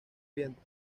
viento